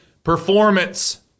Performance